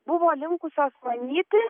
buvo linkusios manyti